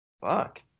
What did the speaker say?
Fuck